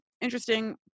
interesting